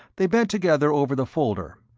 they bent together over the folder,